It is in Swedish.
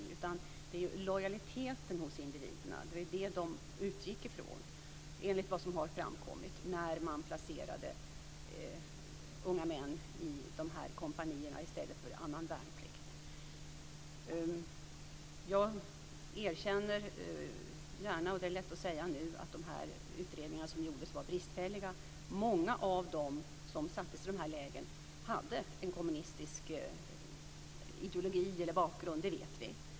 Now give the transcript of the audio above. Enligt vad som har framkommit var det lojaliteten hos individerna som man utgick ifrån när man placerade unga män i de här kompanierna i stället för annan värnplikt. Jag erkänner gärna - det är lätt att säga nu - att de utredningar som gjordes var bristfälliga. Många av dem som sattes i lägren hade en kommunistisk ideologi eller bakgrund - det vet vi.